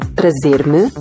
trazer-me